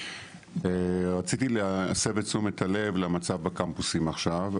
רציתי להסב תשומת הלב למצב הקמפוסים עכשיו.